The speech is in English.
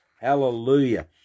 Hallelujah